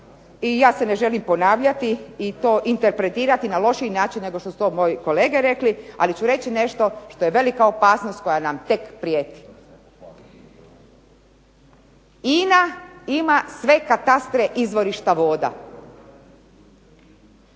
i ja se ne želim ponavljati i interpretirati na lošiji način nego što su to moji kolege rekli, ali ću reći nešto što nam je velika opasnost koja nam tek prijeti. INA ima sve katastre izvorišta voda.